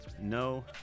No